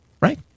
right